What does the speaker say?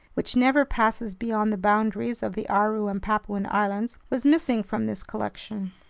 which never passes beyond the boundaries of the aru and papuan islands, was missing from this collection.